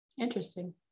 interesting